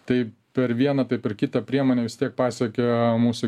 tai per vieną tai per kitą priemonę vis tiek pasiekia mūsų